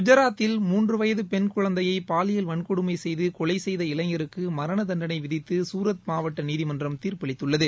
குஜராத்தில் மூன்று வயது பெண் குழந்தையை பாலியல் வன்கொடுமை செய்து கொலை செய்த இளைஞருக்கு மரண தண்டனை விதித்து சூரத் மாவட்ட நீதிமன்றம் தீர்ப்பளித்துள்ளது